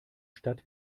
stadt